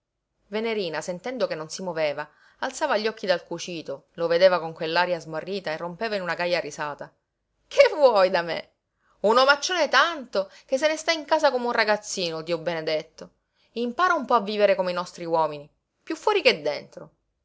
venerina sentendo che non si moveva alzava gli occhi dal cucito lo vedeva con quell'aria smarrita e rompeva in una gaja risata che vuoi da me un omaccione tanto che se ne sta in casa come un ragazzino dio benedetto impara un po a vivere come i nostri uomini piú fuori che dentro